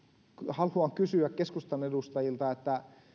haluan kysyä keskustan edustajilta että